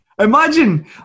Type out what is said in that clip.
Imagine